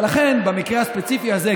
ולכן במקרה הספציפי הזה,